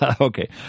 okay